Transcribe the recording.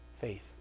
faith